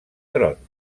tron